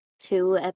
two